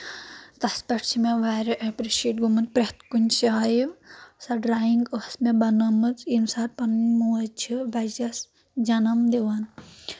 تس پؠٹھ چھِ مےٚ واریاہ ایپرِشیٹ گومُت پرٛؠتھ کُنہِ جایہِ سۄ ڈرایِنٛگ ٲس مےٚ بنٲمٕژ ییٚمہِ ساتہٕ پنٕنۍ موج چھِ بَچس جنم دِوان